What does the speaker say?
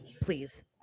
please